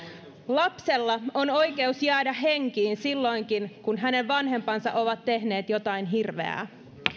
lapsella on oikeus jäädä henkiin silloinkin kun hänen vanhempansa ovat tehneet jotain hirveää